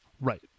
Right